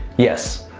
yes,